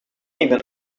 even